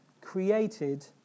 created